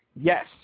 Yes